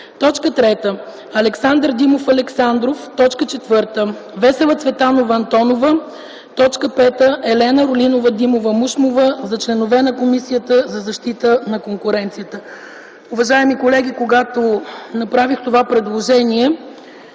3. Александър Димов Александров 4. Весела Цветанова Антонова 5. Елена Орлинова Димова-Мушмова за членове на Комисията за защита на конкуренцията.” Уважаеми колеги, когато направихме това предложение